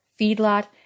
feedlot